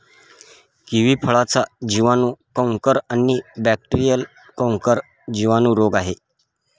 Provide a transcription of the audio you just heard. kiwi फळाचा जिवाणू canker आणि बॅक्टेरीयल कैंकर जिवाणू रोग आहे